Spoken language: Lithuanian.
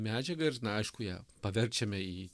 medžiagą ir na aišku ją paverčiame į